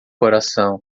coração